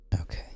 okay